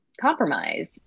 compromise